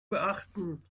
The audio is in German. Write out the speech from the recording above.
beachten